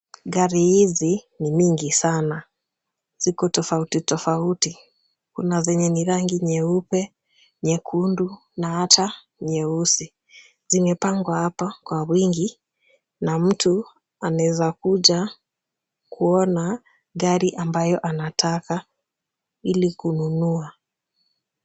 Gari hizi ni mingi sana, ziko tofauti tofauti. Kuna zenye ni rangi nyeupe, nyekundu na hata nyeusi. Zimepangwa hapo kwa wingi na mtu anaweza kuja kuona gari ambayo anataka ili kununua.